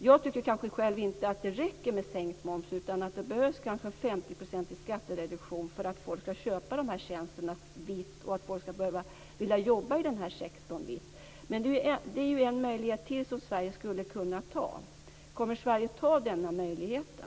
Jag tycker kanske inte att det räcker med sänkt moms. Det behövs nog en 50-procentig skattereduktion för att folk skall köpa dessa tjänster vitt och vilja jobba vitt i den här sektorn. Men detta är ytterligare en möjlighet som Sverige skulle kunna ta till vara. Kommer Sverige att ta till vara den möjligheten?